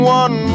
one